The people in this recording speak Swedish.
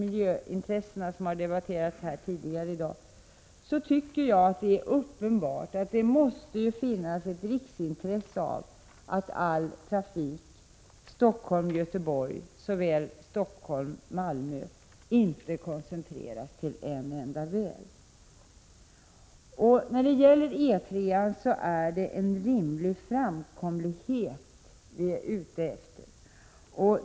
I fråga om miljöoch trafiksäkerhetsintressen tycker jag att det är uppenbart att det måste vara ett riksintresse att inte all trafik Stockholm—- Göteborg och Stockholm-Malmö koncentreras till en enda väg. När det gäller E 3 är vi ute efter rimlig framkomlighet.